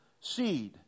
seed